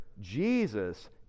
Jesus